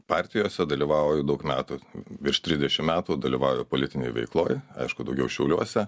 partijose dalyvauju daug metų virš trisdešimt metų dalyvauju politinėj veikloj aišku daugiau šiauliuose